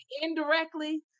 indirectly